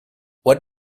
what